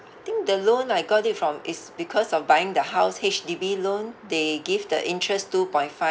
I think the loan I got it from it's because of buying the house H_D_B loan they give the interest two point five